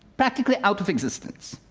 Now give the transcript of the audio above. practically out of existence.